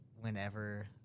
whenever